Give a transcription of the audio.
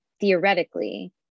theoretically